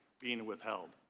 being withheld.